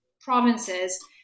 provinces